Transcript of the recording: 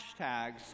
hashtags